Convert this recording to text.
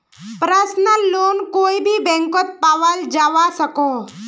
personal loan कोए भी बैंकोत पाल जवा सकोह